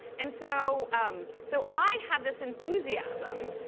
and so um so i had this enthusiasm.